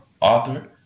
author